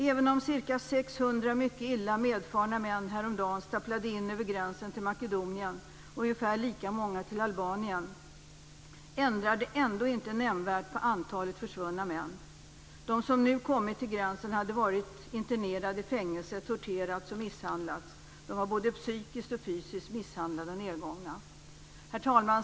Även om ca 600 mycket illa medfarna män häromdagen stapplade in över gränsen till Makedonien och ungefär lika många till Albanien ändrar det ändå inte nämnvärt på antalet försvunna män. De som nu kommit till gränsen hade varit internerade i fängelse, torterats och misshandlats. De var både psykiskt och fysiskt misshandlade och nedgångna. Fru talman!